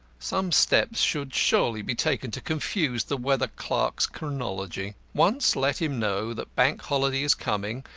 some steps should surely be taken to confuse the weather clerk's chronology. once let him know that bank holiday is coming,